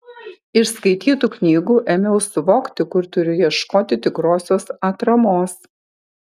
iš skaitytų knygų ėmiau suvokti kur turiu ieškoti tikrosios atramos